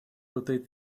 rotate